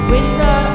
Winter